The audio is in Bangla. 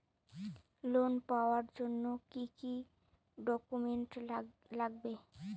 লোন পাওয়ার জন্যে কি কি ডকুমেন্ট লাগবে?